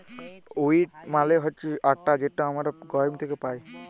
wheat মালে হছে আটা যেট আমরা গহম থ্যাকে পাই